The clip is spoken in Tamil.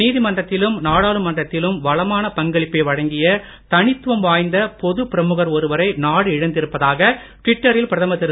நீதிமன்றத்திலும் நாடாளுமன்றத்திலும் வளமான பங்களிப்பை வழங்கிய தனித்துவம் வாய்ந்த பொது பிரமுகர் ஒருவரை நாடு இழந்திருப்பதாக ட்விட்டரில் பிரதமர் திரு